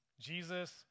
Jesus